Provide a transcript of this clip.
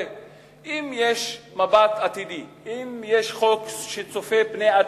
במבט שצופה פני עתיד,